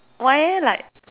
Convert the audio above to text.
why eh like